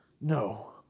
No